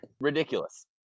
Ridiculous